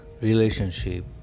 relationship